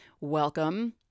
Welcome